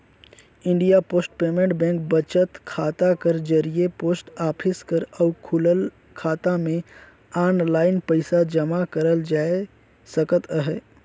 India post payment bank बचत खाता कर जरिए पोस्ट ऑफिस कर अउ खुलल खाता में आनलाईन पइसा जमा करल जाए सकत अहे